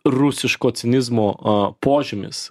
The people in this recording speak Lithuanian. rusiško cinizmo a požymis